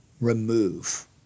remove